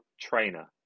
Trainer